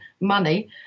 money